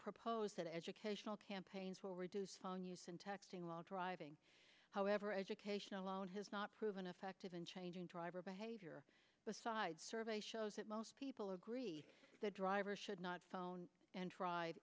propose that educational campaigns will reduce phone use and texting while driving however education alone has not proven effective in changing driver behavior aside survey shows that most people agree the driver should not phone and dri